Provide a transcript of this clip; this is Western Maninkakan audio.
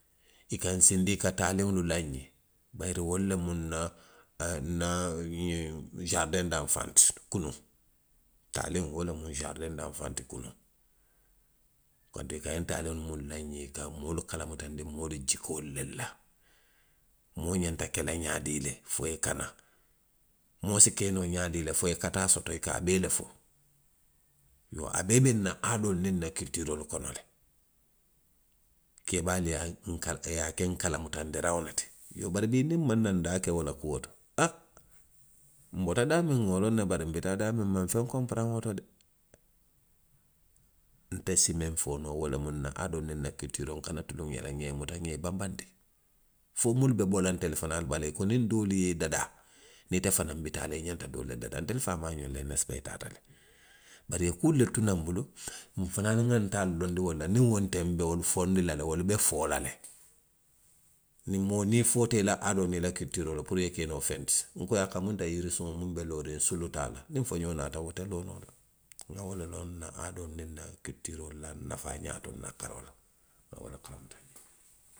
I ka nsiindi, i ka taaliŋolu laa nxe bayiri wolu lemu nna, a, nna. ii, nna sarideŋ danfaŋ ti kunu. taaliŋo, wo lemu sarideŋ danfaŋ ti kunuŋ. Koni i ka ňiŋ taaliŋolu munnu laa, nňe, i ka moolu kalamutandi moolu jikoolu le la moo ňanta ke la ňaadii le, fo i ye kana. moo si ke noo xaadii le fo i ye kataa soto, i ka a bee le fo. Iyoo, a bee be nna aadooniŋ nna kilitiiroolu kono. le. keebaalu i ye a, nka, i ye a ke nka, nkalamutandiraŋo le ti. Iyoo, bari bii, niŋ nmaŋ naa ndaa ke wo to, a. nbota daamiŋ, nŋa wo loŋ ne, bari nbi taa daamiŋ maŋ feŋ konparaŋ woto de. Nte si miŋ fo noo. wo lemu nna aadoo niŋ nna kilitiiroo, nkana tuluŋ i la. Nŋa i muta, nŋa i banbanndi fo muunu be bo la ntelu fanaalu bala, i ko niŋ doolu ye i dadaa. niŋ ite fanaŋ bi taa la. i ňanta doolu le dadaa la. Ntelu faamaa ňolu lee; nesipaa i taata le. bari i ye kuu lelu tu naŋ nbulu. nfanaŋ nŋa ntaalulonndi wolu la, niŋ wonteŋ, nbe wolu foondi la, wolu be foo la le. Niŋ moo niŋ i foota i la aadoo niŋ i la kilitiinoo la puru i ye ke noo feŋ ti. nko a ka munta yiroo muŋ be looriŋ, sulu te a la. Niŋ foňoo naata. wo te loo noo la. Nŋa wo le loŋ nna aadoo niŋ nna kilitiiroo la nafaa ňaa to nna karoo la, nŋa wo le kalamuta jee